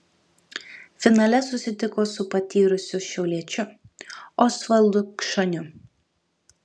finale susitiko su patyrusiu šiauliečiu osvaldu kšaniu